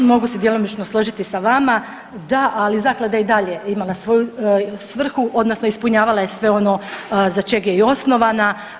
Mogu se djelomično složiti sa vama, da, ali zaklada je i dalje imala svoju svrhu odnosno ispunjavala je sve ono za čeg je i osnovana.